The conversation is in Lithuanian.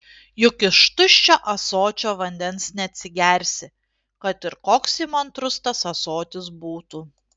juk iš tuščio ąsočio vandens neatsigersi kad ir koks įmantrus tas ąsotis būtų